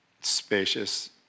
spacious